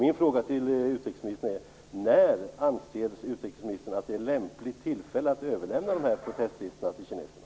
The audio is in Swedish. Min fråga till utrikesministern är: När anser utrikesministern att tillfället är lämpligt för att överlämna de här protestlistorna till kineserna?